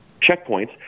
checkpoints